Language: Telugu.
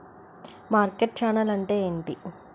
మార్కెట్ ఛానల్ అంటే ఏమిటి?